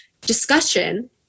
discussion